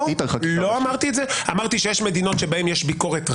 אני לא חושב שיש לי כוח כל כך חזק במינוי שופטים.